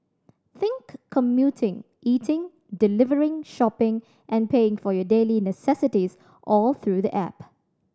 think commuting eating delivering shopping and paying for your daily necessities all through the app